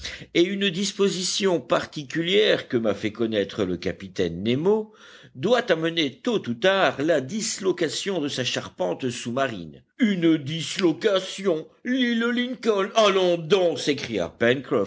et une disposition particulière que m'a fait connaître le capitaine nemo doit amener tôt ou tard la dislocation de sa charpente sous-marine une dislocation l'île lincoln allons donc s'écria